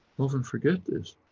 often forget this.